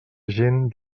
gent